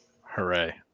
Hooray